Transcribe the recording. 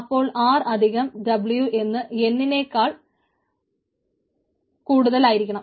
അപ്പോൾ RW എന്നത് N നെക്കാൾ കൂടുതൽ ആയിരിക്കണം